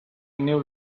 new